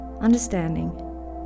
understanding